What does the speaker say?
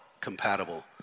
compatible